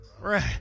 right